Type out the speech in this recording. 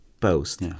post